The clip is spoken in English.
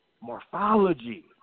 Morphology